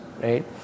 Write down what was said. right